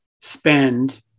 spend